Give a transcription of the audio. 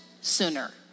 sooner